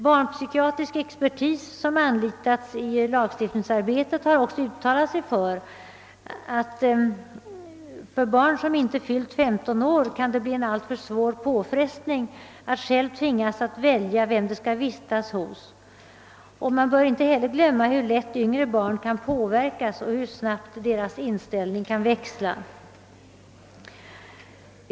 Barnpsykiatrisk expertis som anlitats i lagstiftningsarbetet har också uttalat sig för att det för barn, som inte fyllt 15 år, kan bli en alltför svår påfrestning att själv tvingas att välja vem det skall vistas hos. Man bör inte heller glömma hur lätt yngre barn kan påverkas och hur snabbt deras inställning kan växla.